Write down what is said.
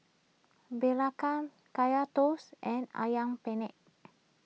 Belacan Kaya Toast and Ayam Penyet